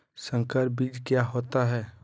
संकर बीज क्या होता है?